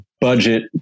budget